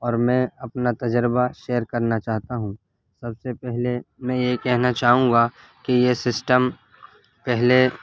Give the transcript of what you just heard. اور میں اپنا تجربہ شیئر کرنا چاہتا ہوں سب سے پہلے میں یہ کہنا چاہوں گا کہ یہ سسٹم پہلے